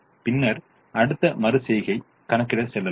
பின்னர் அடுத்த மறு செய்கையை கணக்கிட செல்லலாம்